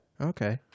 Okay